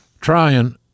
trying